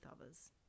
others